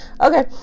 Okay